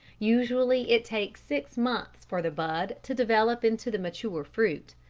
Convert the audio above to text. usually it takes six months for the bud to develop into the mature fruit.